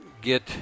get